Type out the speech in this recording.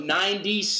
ninety